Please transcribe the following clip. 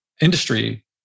industry